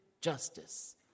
justice